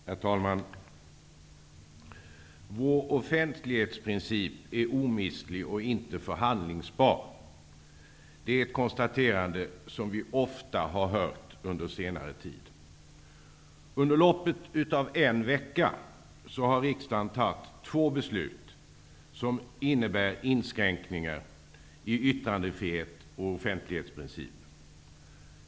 Herr talman! Vår offentlighetsprincip är omistlig och inte förhandlingsbar. Det är ett konstaterande som vi har har hört ofta under senare tid. Under loppet av en vecka har riksdagen behandlat två ärenden som innebär inskränkningar i yttrandefriheten och offentlighetsprincipen.